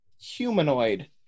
humanoid